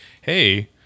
hey